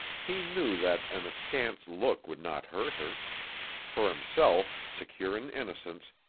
he knew that an askance look would not hurt her for himself, secure in innocence,